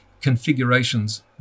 configurations